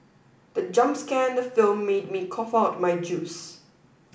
the jump scare the film made me cough out my juice